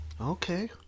Okay